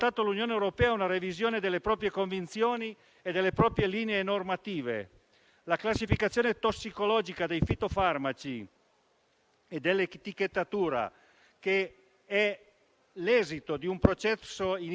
è stata oggetto di una profonda revisione per tutelare la salute umana, per tutelare l'ambiente e al tempo stesso mettere a disposizione dei produttori i mezzi idonei a proteggere le colture.